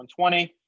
120